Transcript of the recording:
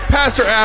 Pastor